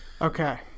Okay